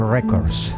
Records